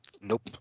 Nope